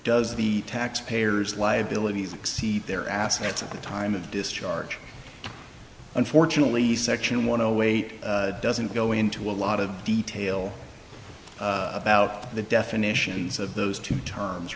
does the taxpayers liabilities exceed their assets at the time of discharge unfortunately section ten weight doesn't go into a lot of detail about the definitions of those two terms